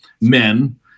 men